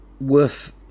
worth